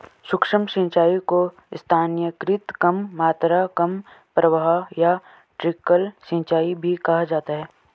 सूक्ष्म सिंचाई को स्थानीयकृत कम मात्रा कम प्रवाह या ट्रिकल सिंचाई भी कहा जाता है